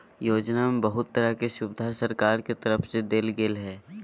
योजना में बहुत तरह के सुविधा सरकार के तरफ से देल गेल हइ